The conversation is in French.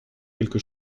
quelque